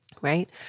right